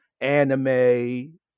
anime